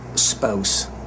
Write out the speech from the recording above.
Spouse